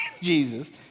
Jesus